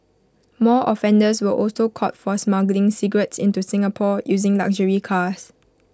more offenders were also caught for smuggling cigarettes into Singapore using luxury cars